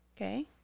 Okay